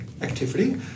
activity